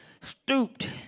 stooped